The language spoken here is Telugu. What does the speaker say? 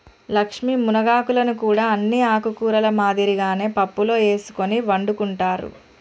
లక్ష్మీ మునగాకులను కూడా అన్ని ఆకుకూరల మాదిరిగానే పప్పులో ఎసుకొని వండుకుంటారు